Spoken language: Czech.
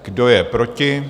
Kdo je proti?